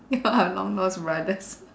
you all are long lost brothers